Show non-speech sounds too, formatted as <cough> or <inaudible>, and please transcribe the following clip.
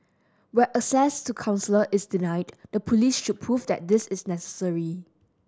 where access to <unintelligible> is denied the police should prove that this is necessary